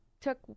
took